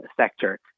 sector